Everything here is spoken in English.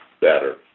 better